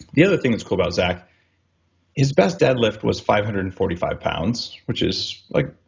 the other thing that's cool about zach his best deadlift was five hundred and forty five pounds which is like